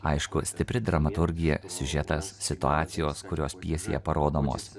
aišku stipri dramaturgija siužetas situacijos kurios pjesėje parodomos